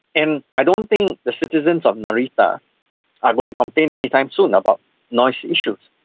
and i don't think the citizens of narita are going to complain anytime soon about noise issues.